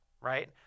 Right